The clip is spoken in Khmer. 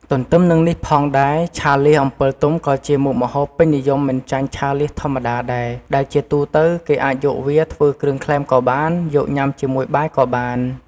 ទទ្ទឹមនឹងនេះផងដែរ ឆាលៀសអំពិលទុំក៏ជាមុខម្ហូបពេញនិយមមិនចាញ់ឆាលៀសធម្មតាដែរ ដែលជាទូទៅគេអាចយកវាធ្វើគ្រឿងក្លែមក៏បាន យកញ៉ាំជាមួយបាយក៏បាន។